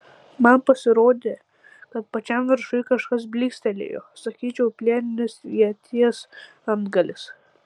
man pasirodė kad pačiam viršuj kažkas blykstelėjo sakyčiau plieninis ieties antgalis